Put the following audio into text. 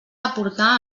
aportar